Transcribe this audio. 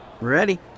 Ready